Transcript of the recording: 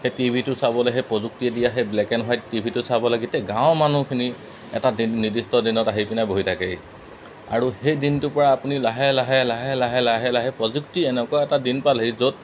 সেই টিভিটো চাবলৈ সেই প্ৰযুক্তি দিয়া সেই ব্লেক এণ্ড হোৱাইট টিভিটো চাবলৈ গোটেই গাঁৱৰ মানুহখিনি এটা দিন নিৰ্দিষ্ট দিনত আহি পিনে বহি থাকেহি আৰু সেই দিনটোৰপৰা আপুনি লাহে লাহে লাহে লাহে লাহে লাহে প্ৰযুক্তি এনেকুৱা এটা দিন পালেহি য'ত